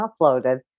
uploaded